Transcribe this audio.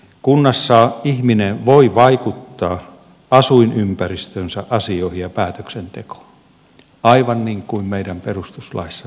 kunnassa ihminen voi vaikuttaa asuinympäristönsä asioihin ja päätöksentekoon aivan niin kuin meidän perustuslaissamme todetaan